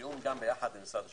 בתיאום עם משרד השיכון,